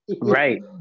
right